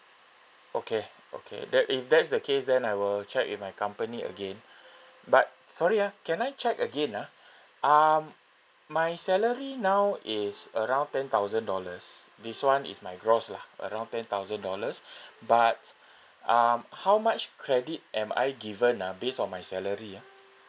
okay okay that if that's the case then I will check with my company again but sorry ah can I check again ah um my salary now is around ten thousand dollars this one is my gross lah around ten thousand dollars but um how much credit am I given ah based on my salary ah